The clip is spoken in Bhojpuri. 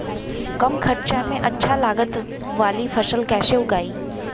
कम खर्चा में अच्छा लागत वाली फसल कैसे उगाई?